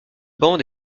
banc